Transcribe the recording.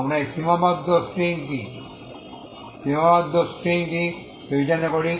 আমরা এই সীমাবদ্ধ স্ট্রিংটি বিবেচনা করি